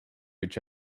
each